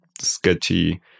sketchy